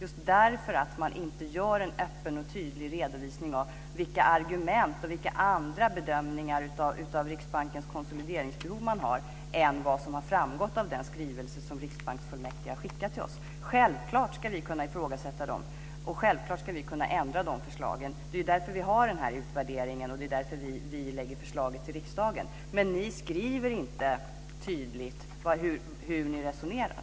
Man gör ju ingen öppen och tydlig redovisning av vilka argument och vilka andra bedömningar av Riksbankens konsolideringsbehov man har än vad som har framgått av den skrivelse som riksbanksfullmäktige har skickat till oss. Självfallet ska vi kunna ifrågasätta dem, och självfallet ska vi kunna ändra de förslagen. Det är ju därför vi har utvärderingen, och det är därför vi lägger fram förslaget för riksdagen. Ni skriver inte tydligt hur ni resonerar.